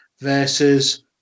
versus